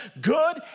good